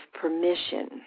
permission